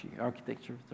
architecture